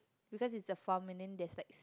because it's a farm and then there's like s~